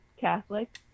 Catholic